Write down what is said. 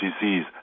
disease